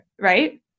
right